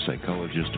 psychologist